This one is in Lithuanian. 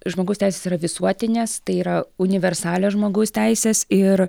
žmogaus teisės yra visuotinės tai yra universalios žmogaus teisės ir